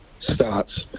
starts